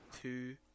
two